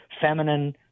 feminine